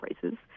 prices